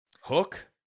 hook